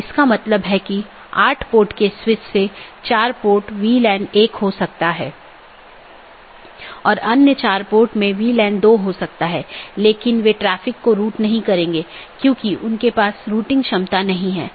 तो इसका मतलब यह है कि यह प्रतिक्रिया नहीं दे रहा है या कुछ अन्य त्रुटि स्थिति उत्पन्न हो रही है